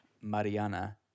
Mariana